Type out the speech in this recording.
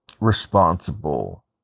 responsible